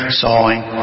sawing